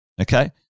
Okay